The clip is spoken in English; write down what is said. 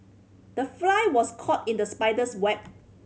the fly was caught in the spider's web